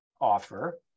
offer